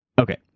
okay